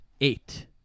eight